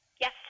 Yes